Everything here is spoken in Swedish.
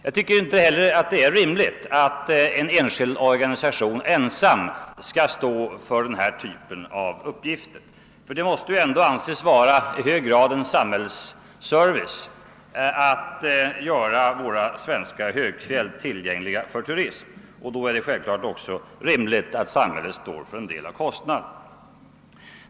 Jag tycker inte heller det är rimligt att en enskild organisation ensam skall svara för denna uppgift. Det måste anses vara en viktig samhällsservice att göra våra svenska högfjäll tillgängliga för turism, och då är det rimligt att samhället också står för en del av kostnaderna.